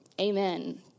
Amen